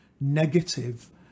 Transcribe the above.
negative